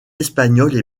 espagnoles